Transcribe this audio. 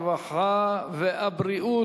הרווחה והבריאות